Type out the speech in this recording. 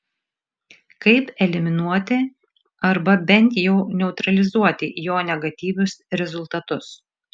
kaip eliminuoti arba bent jau neutralizuoti jo negatyvius rezultatus